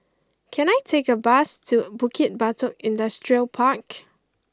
can I take a bus to Bukit Batok Industrial Park